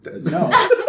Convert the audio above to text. No